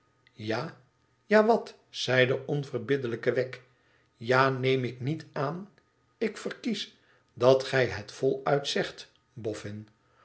ja tja wat zei de onverbiddelijke wegg ja neem ik niet aan ik verkies dat gij het voluit zegt